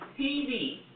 TV